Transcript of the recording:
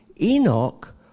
Enoch